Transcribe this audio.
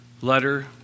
letter